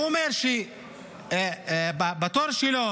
הוא אומר שבתור שלו